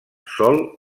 sol